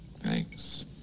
Thanks